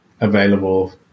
available